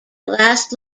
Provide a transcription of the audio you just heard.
last